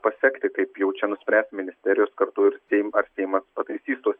pasekti kaip jau čia nuspręs ministerijos kartu ir sei ar seimas pataisys tuo